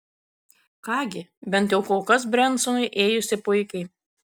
ką gi bent jau kol kas brensonui ėjosi puikiai